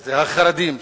שזה החרדים,